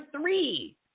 three